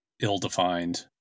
Ill-defined